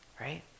right